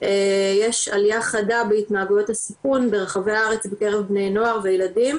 יש עלייה חדה בהתנהגויות בסיכון ברחבי הארץ בקרב בני נוער וילדים.